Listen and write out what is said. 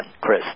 Chris